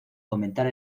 comentar